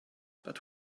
but